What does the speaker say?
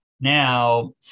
Now